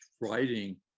writing